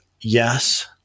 yes